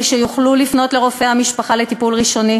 שיוכלו לפנות לרופא המשפחה לטיפול ראשוני,